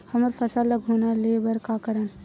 हमर फसल ल घुना ले बर का करन?